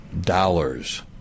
dollars